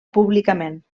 públicament